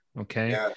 okay